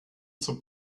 zum